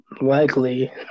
likely